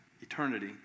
eternity